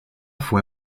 fue